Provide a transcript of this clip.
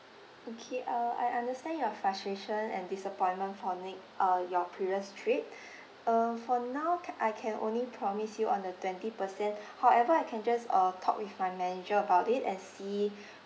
okay uh I understand your frustration and disappointment for nex~ uh your previous trip uh for now ca~ I can only promise you on the twenty percent however I can just uh talk with my manager about it and see